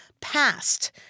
passed